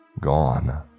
Gone